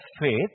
faith